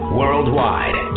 worldwide